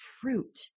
fruit